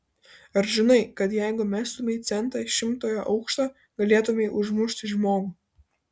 ar žinai kad jeigu mestumei centą iš šimtojo aukšto galėtumei užmušti žmogų